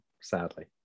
sadly